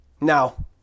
Now